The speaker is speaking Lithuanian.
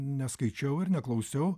neskaičiau ir neklausiau